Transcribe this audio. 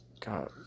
God